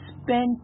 spend